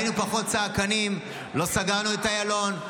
היינו פחות צעקנים, לא סגרנו את איילון,